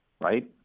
Right